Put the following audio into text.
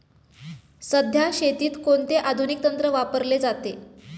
सध्या शेतीत कोणते आधुनिक तंत्र वापरले जाते?